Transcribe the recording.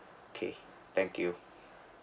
okay thank you